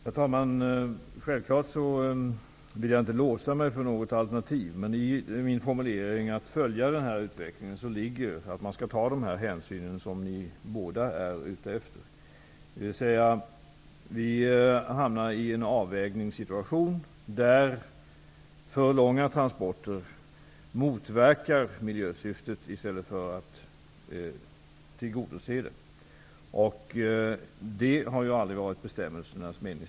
Herr talman! Självklart vill jag inte låsa mig för något alternativ, men det ingick i min formulering om att följa denna utveckling att ta de hänsyn som ni båda är ute efter. Vi hamnar i en avvägningssituation där för långa transporter motverkar miljösyftet i stället för att tillgodose det. Det har aldrig varit bestämmelsernas mening.